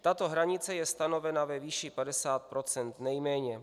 Tato hranice je stanovena ve výši 50 % nejméně.